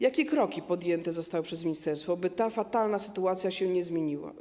Jakie kroki podjęte zostały przez ministerstwo, by ta fatalna sytuacja się zmieniła?